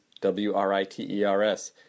W-R-I-T-E-R-S